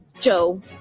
joe